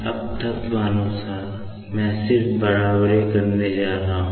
अब तत्व अनुसार मैं सिर्फ बराबरी करने जा रहा हूं